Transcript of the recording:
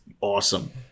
awesome